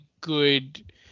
good